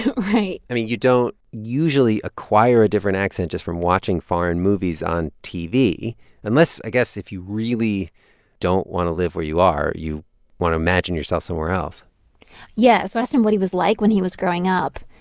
right i mean, you don't usually acquire a different accent just from watching foreign movies on tv unless, i guess, if you really don't want to live where you are. you want to imagine yourself somewhere else yeah, so i asked him what he was like when he was growing up.